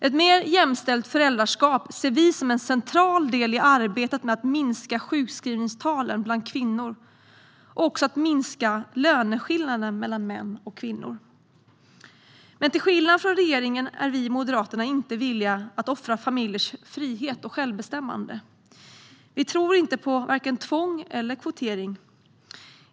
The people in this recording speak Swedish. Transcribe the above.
Ett mer jämställt föräldraskap ser vi som en central del i arbetet med att minska sjukskrivningstalen bland kvinnor och även löneskillnaden mellan män och kvinnor. Till skillnad från regeringen är dock vi i Moderaterna inte villiga att offra familjers frihet och självbestämmande. Vi tror inte på vare sig tvång eller kvotering.